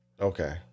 Okay